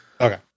Okay